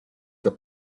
the